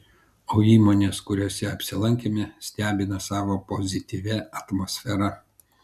o įmonės kuriose apsilankėme stebina savo pozityvia atmosfera